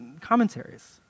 commentaries